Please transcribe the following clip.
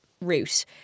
route